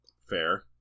Fair